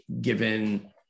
given